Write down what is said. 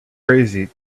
crazy